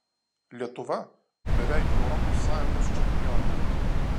lietuva beveik europos sąjungos čempionė